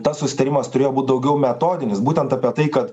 tas susitarimas turėjo būt daugiau metodinis būtent apie tai kad